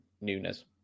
Nunes